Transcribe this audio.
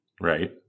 Right